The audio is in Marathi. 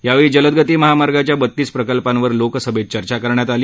यावेळी जलदगती महामार्गाच्या बत्तीस प्रकल्पांवर लोकसभेत चर्चा करण्यात आली